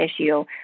issue